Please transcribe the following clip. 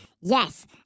Yes